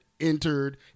entered